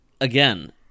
again